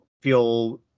feel